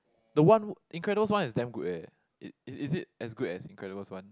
the one Incredibles One is damn good eh it it is it as good as Incredibles One